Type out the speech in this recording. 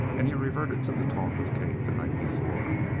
and he reverted to the talk of kate the night before.